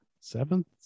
seventh